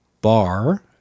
bar